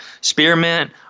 spearmint